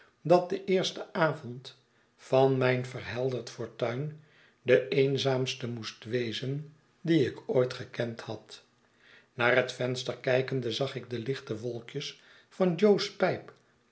dat de eerste avond van mijn verhelderd fortuin de eenzaamste moest wezen dien ik ooit gekend had naar het venster kijkende zag ik de lichte wolkjes van jo's pijp